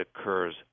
occurs